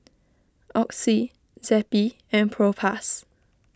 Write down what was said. Oxy Zappy and Propass